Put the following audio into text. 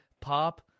Pop